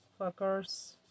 fuckers